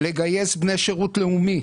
לגייס בני שירות לאומי.